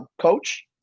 coach